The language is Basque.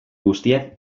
guztiak